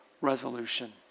resolution